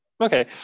Okay